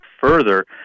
further